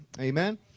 amen